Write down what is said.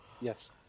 Yes